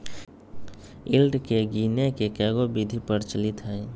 yield के गीनेए के कयहो विधि प्रचलित हइ